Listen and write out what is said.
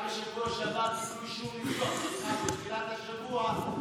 רק בתחילת השבוע הם קיבלו